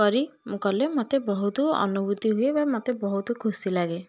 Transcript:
କରି ମୁଁ କଲେ ମୋତେ ବହୁତ ଅନୁଭୂତି ହୁଏ ବା ମୋତେ ବହୁତ ଖୁସି ଲାଗେ